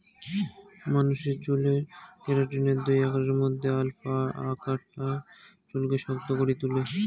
মানুষের চুলরে কেরাটিনের দুই আকারের মধ্যে আলফা আকারটা চুলকে শক্ত করি তুলে